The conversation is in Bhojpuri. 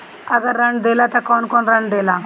अगर ऋण देला त कौन कौन से ऋण देला?